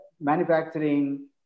manufacturing